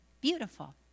beautiful